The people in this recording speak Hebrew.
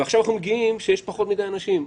ועכשיו אנחנו מגיעים שיש פחות מדי אנשים.